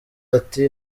ati